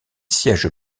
siège